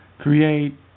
Create